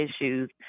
issues